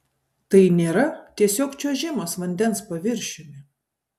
tai nėra tiesiog čiuožimas vandens paviršiumi